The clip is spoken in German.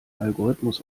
algorithmus